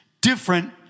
different